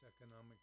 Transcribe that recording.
economic